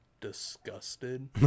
disgusted